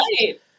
right